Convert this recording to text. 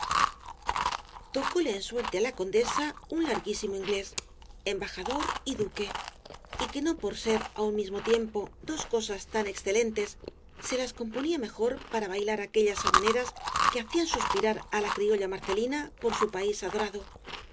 tocóle en suerte á la condesa un larguísimo inglés embajador y duque y que no por ser á un mismo tiempo dos cosas tan excelentes se las componía mejor para bailar aquellas habaneras que hacían suspirar á la criolla marcelina por su país adorado